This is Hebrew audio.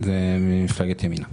מפלגת ימינה.